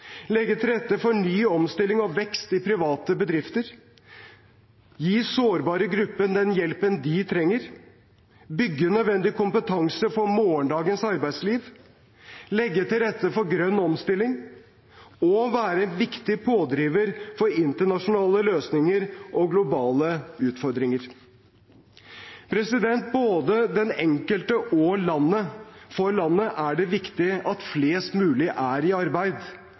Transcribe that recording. legge til rette for ny omstilling og vekst i private bedrifter, gi sårbare grupper den hjelpen de trenger, bygge nødvendig kompetanse for morgendagens arbeidsliv, legge til rette for grønn omstilling og være en viktig pådriver for internasjonale løsninger og globale utfordringer. Både for den enkelte og for landet er det viktig at flest mulig er i arbeid.